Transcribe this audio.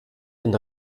den